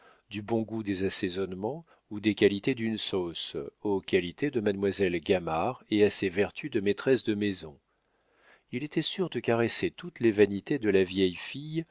du bon goût des assaisonnements ou des qualités d'une sauce aux qualités de mademoiselle gamard et à ses vertus de maîtresse de maison il était sûr de caresser toutes les vanités de la vieille fille